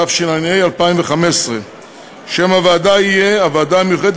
התשע"ה 2015. שם הוועדה יהיה: הוועדה המיוחדת